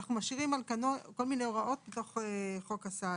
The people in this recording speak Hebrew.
אנחנו משאירים על כנן כל מיני הוראות מתוך חוק הסעד,